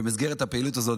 במסגרת הפעילות הזאת,